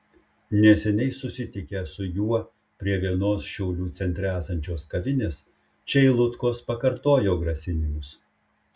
neseniai susitikę su juo prie vienos šiaulių centre esančios kavinės čeilutkos pakartojo grasinimus